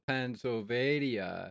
Pennsylvania